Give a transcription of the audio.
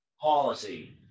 policy